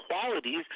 qualities